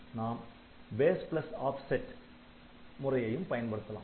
நாம் base offset BaseOffset முறையையும் பயன்படுத்தலாம்